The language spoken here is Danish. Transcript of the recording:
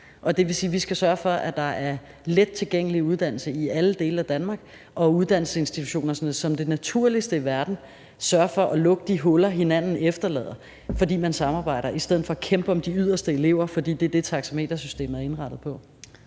det vil sige, at vi skal sørge for, at der er let tilgængelig uddannelse i alle dele af Danmark, og at uddannelsesinstitutionerne som det naturligste i verden sørger for at lukke de huller, de hver især efterlader , fordi man samarbejder, i stedet for at de kæmper om de yderste elever, fordi det er det, taxametersystemet er indrettet på.